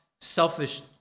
selfish